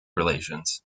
relations